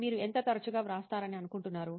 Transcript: మీరు ఎంత తరచుగా వ్రాస్తారని అనుకుంటున్నారు